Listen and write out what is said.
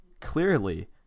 clearly